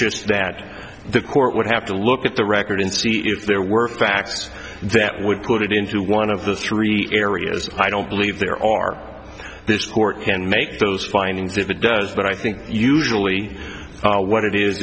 just that the court would have to look at the record and see if there were facts that would put it into one of the three areas i don't believe there are the court can make those findings if it does but i think usually what it is